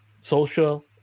social